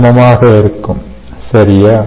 சரியா